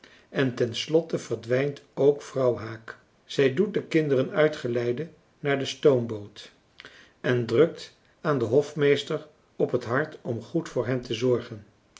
en ten slotte verdwijnt ook vrouw haak zij doet de kinderen uitgeleide naar de stoomboot en drukt aan den hofmeester op het hart om goed voor hen te zorgen